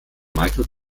michael